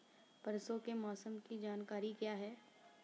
परसों के मौसम की जानकारी क्या है?